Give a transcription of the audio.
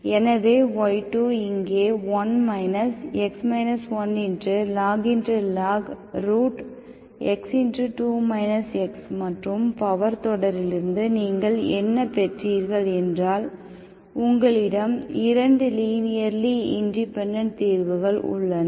எனவே y2 இங்கே 1 x 1log x2 x மற்றும் பவர் தொடரிலிருந்து நீங்கள் என்ன பெற்றீர்கள் என்றால் உங்களிடம் இரண்டு லீனியர்லி இண்டிபெண்டெண்ட் தீர்வுகள் உள்ளன